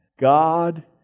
God